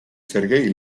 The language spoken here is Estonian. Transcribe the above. sergei